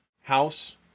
house